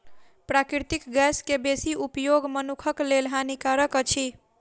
प्राकृतिक गैस के बेसी उपयोग मनुखक लेल हानिकारक अछि